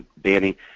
Danny